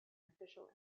official